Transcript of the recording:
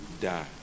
die